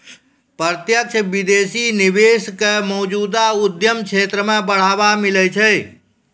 प्रत्यक्ष विदेशी निवेश क मौजूदा उद्यम क्षेत्र म बढ़ावा मिलै छै